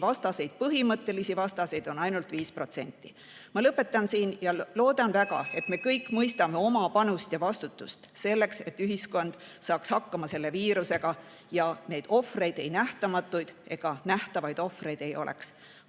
ütles, põhimõttelisi vaktsiinivastaseid on ainult 5%. Ma lõpetan siin ja loodan väga, et me kõik mõistame oma panust ja vastutust selleks, et ühiskond saaks hakkama selle viirusega ja et neid ohvreid, ei nähtamatuid ega nähtavaid ohvreid ei oleks.